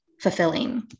fulfilling